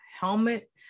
helmet